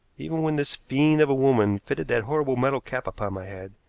even when this fiend of a woman fitted that horrible metal cap upon my head,